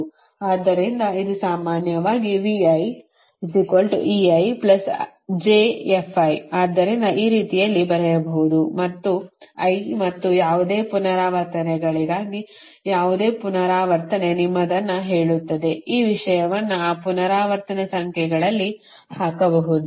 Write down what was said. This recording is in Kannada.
ಆದ್ದರಿಂದ ಇದು ಸಾಮಾನ್ಯವಾಗಿ ಆದ್ದರಿಂದ ಈ ರೀತಿಯಲ್ಲಿ ಬರೆಯಬಹುದು ಮತ್ತು I ಮತ್ತು ಯಾವುದೇ ಪುನರಾವರ್ತನೆಗಳಿಗಾಗಿ ಯಾವುದೇ ಪುನರಾವರ್ತನೆ ನಿಮ್ಮದನ್ನು ಹೇಳುತ್ತದೆ ಈ ವಿಷಯವನ್ನು ಆ ಪುನರಾವರ್ತನೆ ಸಂಖ್ಯೆಗಳಲ್ಲಿ ಹಾಕಬಹುದು